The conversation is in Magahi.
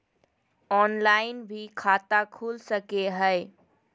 ऑनलाइन भी खाता खूल सके हय?